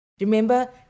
Remember